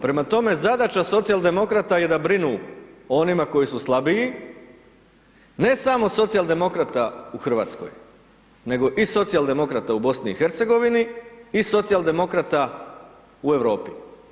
Prema tome zadaća socijaldemokrata je da brinu o onima koji su slabiji, ne samo socijaldemokrata u Hrvatskoj, nego i socijaldemokrata u BiH i socijaldemokrata u Europi.